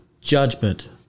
judgment